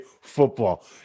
football